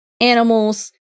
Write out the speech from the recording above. Animals